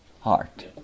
heart